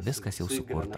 viskas jau sukurta